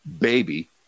baby